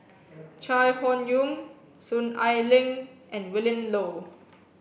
Chai Hon Yoong Soon Ai Ling and Willin Low